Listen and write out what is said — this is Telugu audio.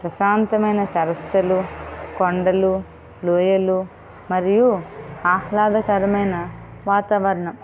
ప్రశాంతమైన సరస్సులు కొండలు లోయలు మరియు ఆహ్లాదకరమైన వాతావరణం